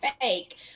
fake